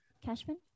Cashman